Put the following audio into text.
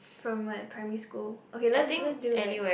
from my primary school okay let's let's do like